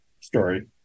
story